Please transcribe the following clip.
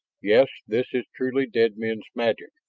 yes, this is truly dead men's magic.